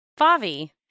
Favi